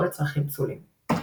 או לצרכים פסולים.